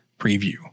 preview